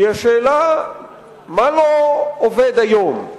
היא השאלה מה לא עובד היום,